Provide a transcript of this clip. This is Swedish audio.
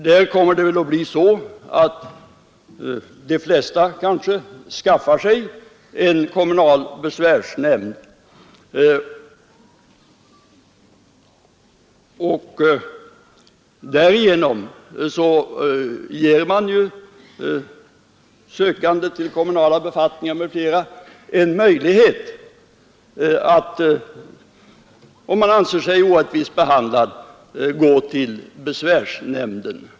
De flesta av dessa skaffar sig väl en kommunal besvärsnämnd, och därigenom ges ju sökande till kommunala befattningar m.fl. en möjlighet att om de anser sig orättvist behandlade gå till besvärsnämnden.